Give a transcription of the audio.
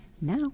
Now